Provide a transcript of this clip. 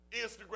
Instagram